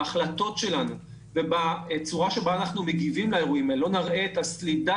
בהחלטות שלנו ובצורה שבה אנחנו מגיבים לאירועים האלה את הסלידה